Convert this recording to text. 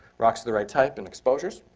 rocks of the right type and exposures,